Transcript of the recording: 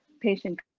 patient